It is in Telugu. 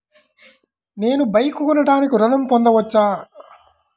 నేను బైక్ కొనటానికి ఋణం పొందవచ్చా?